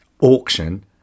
auction